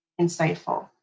insightful